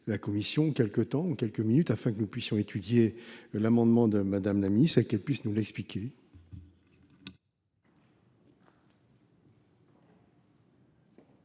la commission nous réunisse quelques minutes, afin que nous puissions étudier l’amendement de Mme la ministre et que celle ci puisse nous l’expliquer.